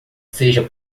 seja